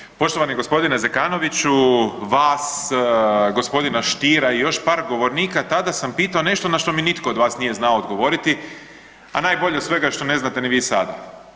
Zahvaljujem, poštovani gospodine Zekanoviću vas, gospodina Stiera i još par govornika tada sam pitao nešto na što mi nitko od vas nije znao odgovoriti, a najbolje od svega je što ne znate ni vi sada.